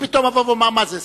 אני פתאום אבוא ואומר: מה זה,